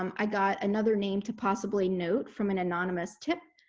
um i got another name to possibly note from an anonymous tip.